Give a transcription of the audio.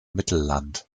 mittelland